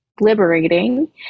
liberating